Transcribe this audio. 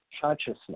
consciousness